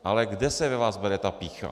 Ale kde se ve vás bere ta pýcha?